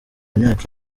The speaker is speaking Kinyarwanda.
imyaka